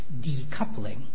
decoupling